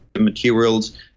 materials